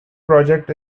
project